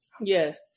Yes